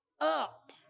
up